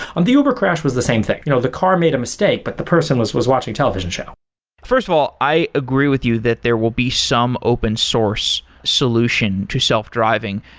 um the uber crash was the same thing. you know the car made a mistake, but the person was was watching a television show first of all, i agree with you that there will be some open source solution to self driving.